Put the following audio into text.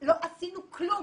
לא עשינו כלום.